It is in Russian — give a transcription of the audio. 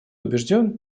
убежден